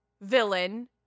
villain